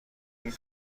این